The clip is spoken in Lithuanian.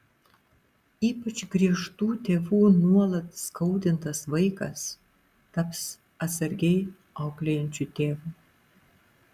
ypač griežtų tėvų nuolat skaudintas vaikas taps atsargiai auklėjančiu tėvu